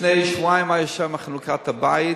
לפני שבועיים היתה שם חנוכת הבית.